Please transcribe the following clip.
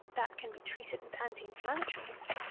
that can be treated with anti-inflammatories,